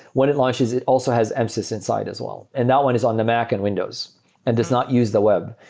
when it launches, it also has msys inside as well. and that one is on the mac and windows and does not use the web.